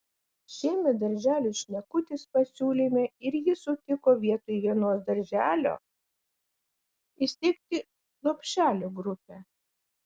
šiemet darželiui šnekutis pasiūlėme ir jis sutiko vietoj vienos darželio įsteigti lopšelio grupę